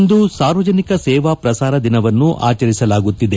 ಇಂದು ಸಾರ್ವಜನಿಕ ಸೇವಾ ಪ್ರಸಾರ ದಿನವನ್ನು ಆಚರಿಸಲಾಗುತ್ತಿದೆ